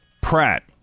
Pratt